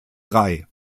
drei